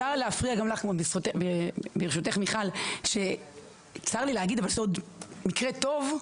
צר לי להגיד אבל זה עוד מקרה טוב.